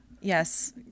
yes